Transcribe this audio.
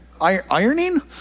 Ironing